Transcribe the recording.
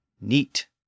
neat